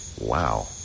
wow